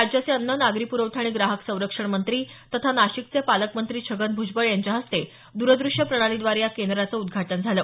राज्याचे अन्न नागरी प्रवठा आणि ग्राहक संरक्षण मंत्री तथा नाशिकचे पालकमंत्री छगन भूजबळ यांच्या हस्ते दूरदृष्य प्रणालीद्वारे या केंद्राचं उद्घाटन झालं